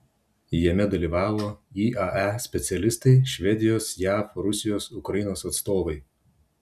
jame dalyvavo iae specialistai švedijos jav rusijos ukrainos atstovai